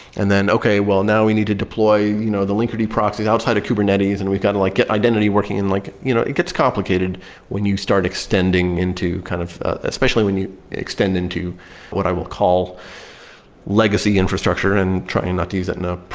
and then okay, well now we need to deploy you know the linkerd proxies outside of kubernetes and we've to kind of like get identity working. like you know it gets complicated when you start extending into, kind of especially when you extend into what i will call legacy infrastructure and trying not to use that in a